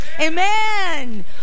Amen